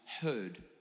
heard